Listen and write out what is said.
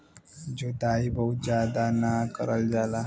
जोताई बहुत जादा ना करल जाला